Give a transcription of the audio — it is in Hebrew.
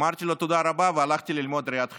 אמרתי לו תודה רבה והלכתי ללמוד ראיית חשבון.